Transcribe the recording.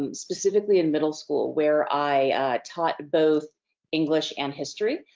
um specifically in middle school where i taught both english and history.